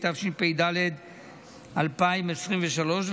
התשפ"ד 2023,